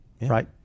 right